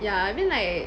yeah I mean like